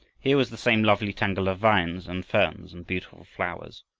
here was the same lovely tangle of vines and ferns and beautiful flowers.